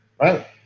right